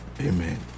Amen